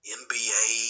nba